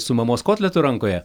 su mamos kotletu rankoje